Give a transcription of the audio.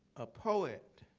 a poet,